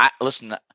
Listen